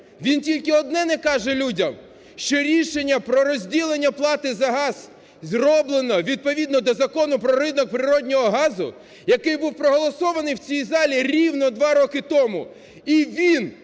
він тільки одне не каже людям, що рішення про розділення плати за газ зроблено відповідно до Закону про ринок природнього газу, який був проголосований в цій залі рівно два роки тому. І він,